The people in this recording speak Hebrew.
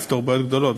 לפתור בעיות גדולות.